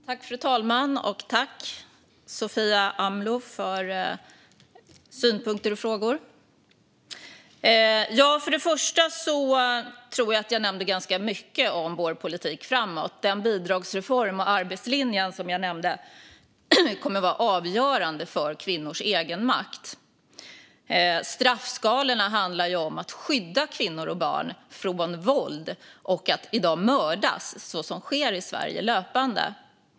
Fru talman! Jag tror att jag nämnde ganska mycket om vår politik framåt. Den bidragsreform och arbetslinje som jag nämnde kommer att vara avgörande för kvinnors egenmakt, och straffskalorna handlar om att skydda kvinnor och barn från våld och från att mördas, vilket löpande sker i Sverige i dag.